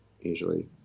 Usually